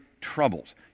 troubles